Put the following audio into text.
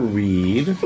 read